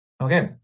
Okay